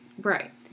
Right